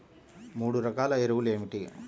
మూడు రకాల ఎరువులు ఏమిటి?